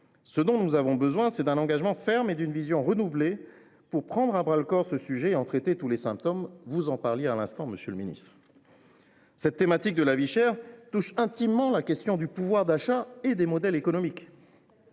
Ce dont nous avons besoin, c’est d’un engagement ferme et d’une vision renouvelée pour prendre à bras le corps ce sujet et en traiter tous les symptômes – vous en parliez à l’instant, monsieur le ministre. Cette thématique de la vie chère touche intimement la question du pouvoir d’achat et des modèles économiques.